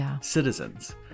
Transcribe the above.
citizens